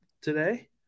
today